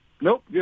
nope